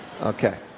Okay